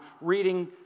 reading